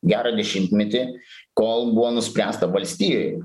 gerą dešimtmetį kol buvo nuspręsta valstijoj